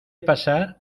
pasar